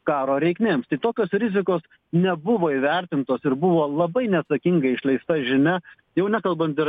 karo reikmėms tai tokios rizikos nebuvo įvertintos ir buvo labai neatsakingai išleista žinia jau nekalbant ir